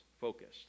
focused